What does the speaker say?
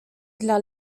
dla